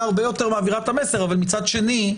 הרבה יותר מעבירה את המסר אבל מצד שני,